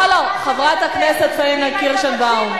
לא לא, חברת הכנסת פאינה קירשנבאום.